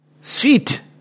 Sweet